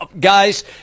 guys